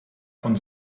von